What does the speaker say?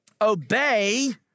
Obey